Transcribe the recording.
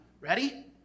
Ready